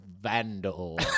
Vandal